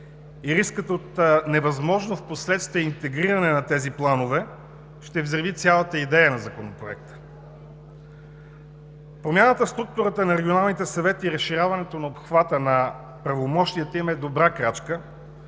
и рискът от невъзможност впоследствие интегриране на тези планове ще взриви цялата идея на Законопроекта. Промяната в структурата на регионалните съвети и разширяването на обхвата на правомощията им е добра крачка,